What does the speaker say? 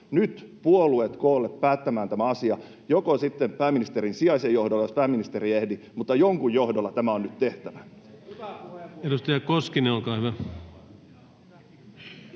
Nyt puolueet koolle päättämään tämä asia — vaikka sitten pääministerin sijaisen johdolla, jos pääministeri ei ehdi, mutta jonkun johdolla tämä on nyt tehtävä. Edustaja Koskinen, olkaa hyvä.